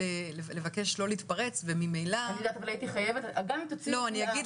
שחל שינוי שכבר לא מסתכלים עליהם בחשדנות יתירה כפי